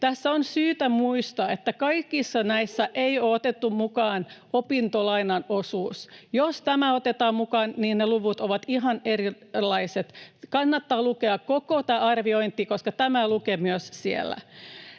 Tässä on syytä muistaa, että kaikissa näissä ei ole otettu mukaan opintolainan osuutta. Jos tämä otetaan mukaan, ne luvut ovat ihan erilaiset. Kannattaa lukea koko tämä arviointi, koska tämä lukee myös siellä.